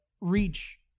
Reach